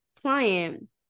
client